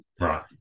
Right